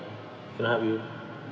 cannot help you